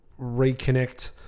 reconnect